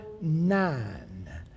nine